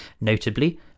notably